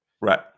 Right